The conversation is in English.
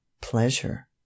Pleasure